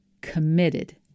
committed